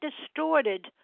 distorted